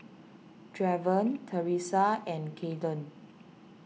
Draven Teressa and Kaeden